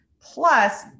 Plus